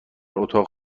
اتاق